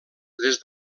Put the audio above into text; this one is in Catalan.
des